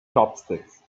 chopsticks